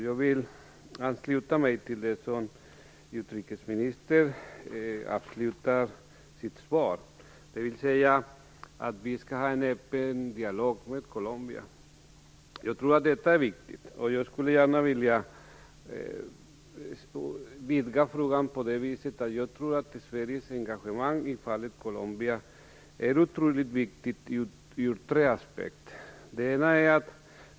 Jag vill ansluta mig till det som utrikesministern avslutade sitt svar med, dvs. att vi skall ha en öppen dialog med Colombia. Jag tror att detta är viktigt. Jag skulle gärna vilja vidga frågan på det viset. Sverige engagemang i fallet Colombia är otroligt viktigt ur tre aspekter.